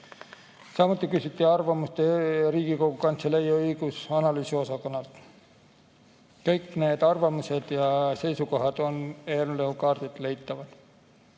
Samuti küsiti arvamust Riigikogu Kantselei õigus‑ ja analüüsiosakonnalt. Kõik need arvamused ja seisukohad on eelnõu kaardilt leitavad.